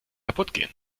kaputtgehen